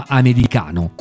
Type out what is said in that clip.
americano